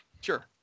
Sure